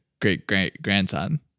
great-great-grandson